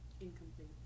Incomplete